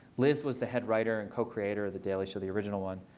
lizz was the head writer and co-creator of the daily show the original one.